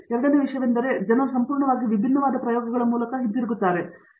ಎರಡನೆಯ ವಿಷಯವೇನೆಂದರೆ ಜನರು ಸಂಪೂರ್ಣವಾಗಿ ವಿಭಿನ್ನವಾದ ಪ್ರಯೋಗಗಳ ಮೂಲಕ ಹಿಂತಿರುಗುತ್ತಾರೆ